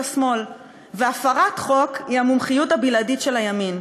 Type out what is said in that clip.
השמאל והפרת חוק היא המומחיות הבלעדית של הימין?